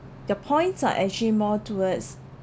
the points are actually more towards